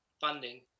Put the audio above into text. funding